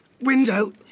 Window